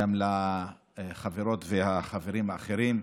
גם לחברות ולחברים האחרים,